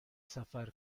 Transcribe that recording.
سفر